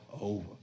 over